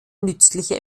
nützliche